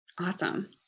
Awesome